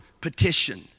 petition